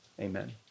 amen